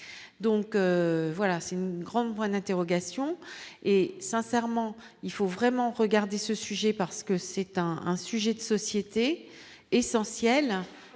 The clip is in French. donc voilà, c'est une grande brune interrogation et sincèrement il faut vraiment regarder ce sujet parce que c'est un un sujet de société essentiel